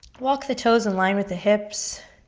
walk the toes in line with the hips.